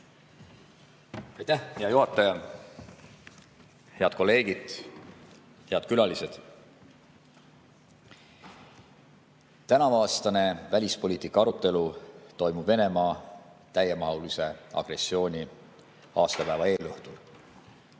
Aitäh, hea juhataja! Head kolleegid! Head külalised! Tänavuaastane välispoliitika arutelu toimub Venemaa täiemahulise agressiooni aastapäeva eelõhtul.